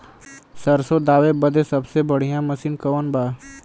सरसों दावे बदे सबसे बढ़ियां मसिन कवन बा?